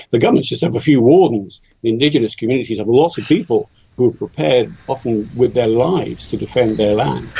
the governments just have a few wardens, the indigenous communities have lots of people who are prepared, often with their lives, to defend their land.